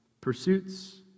pursuits